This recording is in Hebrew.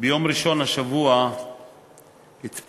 ביום ראשון השבוע התפרסמה